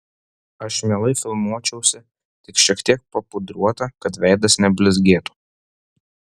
aš mielai filmuočiausi tik šiek tiek papudruota kad veidas neblizgėtų